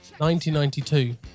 1992